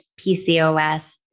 PCOS